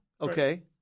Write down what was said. okay